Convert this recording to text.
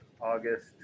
August